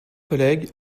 collègues